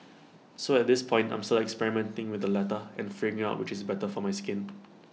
so at this point I'm still experimenting with the latter and figuring out which is better for my skin